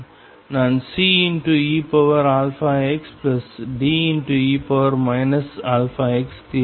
நான்CeαxD e αx தீர்வாக கொண்டுள்ளேன்